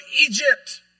Egypt